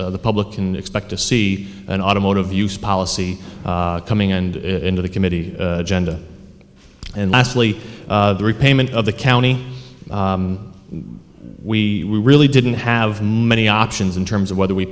the public can expect to see an automotive use policy coming and into the committee genda and lastly the repayment of the county we really didn't have many options in terms of whether we